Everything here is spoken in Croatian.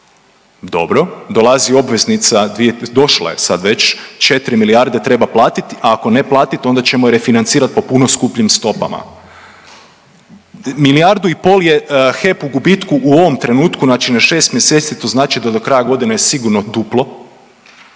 Dobro, dolazi obveznica došla je sad već 4 milijarde treba platit, ako ne platit onda ćemo je refinancirat po puno skupljim stopama. Milijardu i pol je HEP u gubitku u ovom trenutku znači na šest mjeseci to znači da do kraja godine je sigurno duplo